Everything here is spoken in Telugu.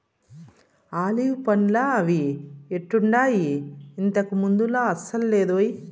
ఆలివ్ పండ్లా అవి ఎట్టుండాయి, ఇంతకు ముందులా అసలు లేదోయ్